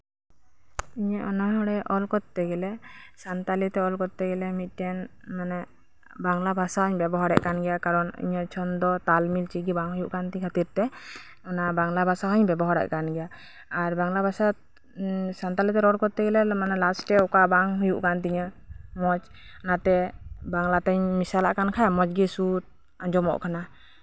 ᱤᱧᱟᱹᱜ ᱚᱱᱚᱬᱦᱮ ᱚᱞ ᱠᱚᱛᱛᱮ ᱜᱮᱞᱮ ᱥᱟᱱᱛᱟᱲᱤ ᱚᱞ ᱠᱚᱛᱛᱮ ᱜᱮᱞᱮ ᱢᱤᱫᱴᱮᱱ ᱢᱟᱱᱮ ᱵᱟᱝᱞᱟ ᱵᱷᱟᱥᱟ ᱦᱚᱸᱧ ᱵᱮᱵᱚᱦᱟᱨᱮᱫ ᱠᱟᱱ ᱜᱮᱭᱟ ᱠᱟᱨᱚᱱ ᱤᱧᱟᱹᱜ ᱪᱷᱚᱱᱫᱚ ᱛᱟᱞᱢᱤᱞ ᱪᱮᱫ ᱜᱮ ᱵᱟᱝ ᱦᱩᱭᱩᱜ ᱠᱟᱱ ᱛᱤᱧ ᱠᱷᱟᱹᱛᱤᱨ ᱛᱮ ᱚᱱᱟ ᱵᱟᱝᱞᱟ ᱵᱷᱟᱥᱟ ᱦᱚᱸᱧ ᱵᱮᱵᱚᱦᱟᱨᱮᱫ ᱠᱟᱱ ᱜᱮᱭᱟ ᱟᱨ ᱵᱟᱝᱞᱟ ᱵᱷᱟᱥᱟ ᱥᱟᱱᱛᱟᱲᱤ ᱛᱮ ᱨᱚᱲ ᱠᱚᱛᱛᱮ ᱜᱮᱞᱮ ᱢᱟᱱᱮ ᱞᱟᱥᱴᱮ ᱚᱠᱟ ᱵᱟᱝ ᱦᱩᱭᱩᱜ ᱠᱟᱱ ᱛᱤᱧᱟᱹ ᱢᱚᱸᱡᱽ ᱚᱱᱟᱛᱮ ᱚᱱᱟᱛᱮ ᱵᱟᱝᱞᱟ ᱛᱮᱧ ᱢᱮᱥᱟᱞᱟᱜ ᱠᱟᱱ ᱠᱷᱟᱡ ᱢᱚᱸᱡᱽ ᱜᱮ ᱥᱩᱨ ᱟᱸᱡᱚᱢᱚᱜ ᱠᱟᱱᱟ